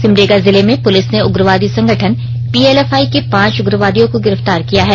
सिमडेगा जिले में पुलिस ने उग्रवादी संगठन पीएलएफआई के पांच उग्रवादियों को गिरफ्तार किया है